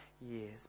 years